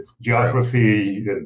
geography